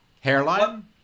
hairline